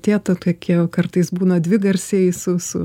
tie to tokie kartais būna dvigarsiai su su